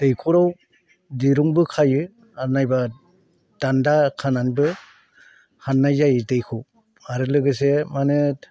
दैखराव दिरुंबो खायो आर नायबा दानदा खानानबो हाननाय जायो दैखौ आरो लोगोसे माने